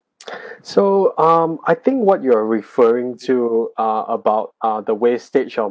so um I think what you are referring to ah about ah the wastage of